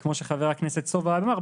כמו שחבר הכנסת סובה אמר,